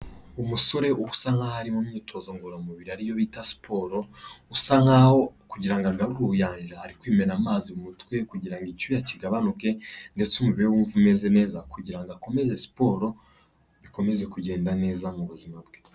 Umusore usa nk'aho ari mu myitozo ngororamubiri ariyo bita siporo, usa nk'aho kugira ngo ubuyanja ari kwimena amazi mu mutwe kugira ngo icyuya kigabanuke ndetse umubiri we wumve umeze neza, kugira ngo akomeze siporo bikomeze kugenda neza mu buzima bwe.